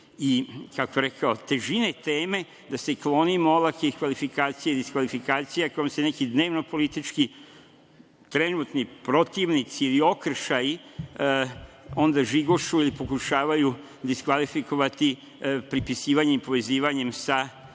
i, kako je rekao, težine teme klonimo olakih kvalifikacija, diskvalifikacija kojim se neki dnevno-politički, trenutni protivnici, okršaji, onda žigošu i pokušavaju diskvalifikovati pripisivanjem i povezivanjem sa